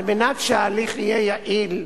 על מנת שההליך יהיה יעיל,